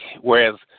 whereas